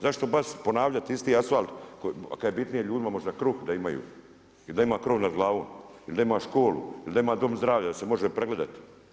Zašto baš ponavljati isti asfalt kad je bitnije ljudima možda kruh da imaju i da ima krov nad glavom ili da ima školu ili da ima dom zdravlja da se može pregledati.